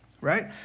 right